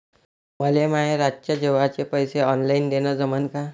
मले माये रातच्या जेवाचे पैसे ऑनलाईन देणं जमन का?